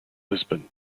lisbon